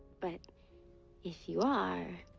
but if you are,